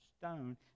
stone